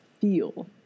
feel